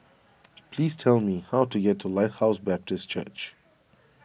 please tell me how to get to Lighthouse Baptist Church